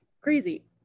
crazy